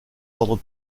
l’ordre